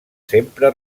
sempre